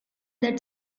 that